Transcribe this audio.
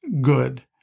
good